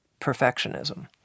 perfectionism